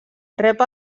rep